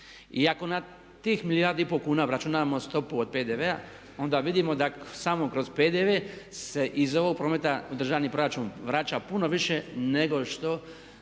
ako na tih milijardu i pol kuna obračunamo stopu od PDV-a onda vidimo da samo kroz PDV se ne iz ovog prometa održani proračun vraća puno više nego što